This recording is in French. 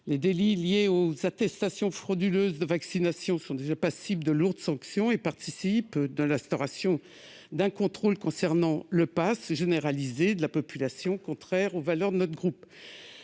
Les délits liés aux attestations frauduleuses de vaccination sont déjà passibles de lourdes sanctions, qui participent de l'instauration d'un contrôle généralisé de la population, contraire aux valeurs de notre groupe.